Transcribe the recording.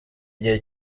igihe